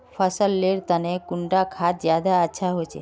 फसल लेर तने कुंडा खाद ज्यादा अच्छा होचे?